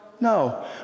No